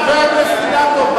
חבר הכנסת אילטוב,